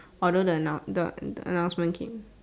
although the announce the announcement came